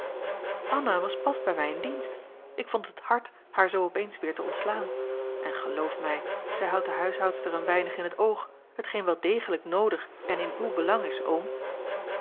anna was pas bij mij in dienst ik vond het hard haar zoo op eens weer te ontslaan en geloof mij zij houdt de huishoudster een weinig in t oog hetgeen wel degelijk noodig en in uw belang is oom